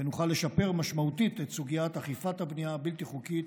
ונוכל לשפר משמעותית את סוגית אכיפת הבנייה הבלתי-חוקית